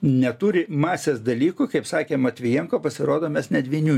neturi masės dalykų kaip sakė matvijenko pasirodo mes net vinių